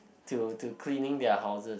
to to cleaning their houses